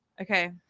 Okay